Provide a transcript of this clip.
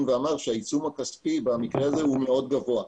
ואמר שהעיצום הכספי במקרה הזה גבוה מאוד.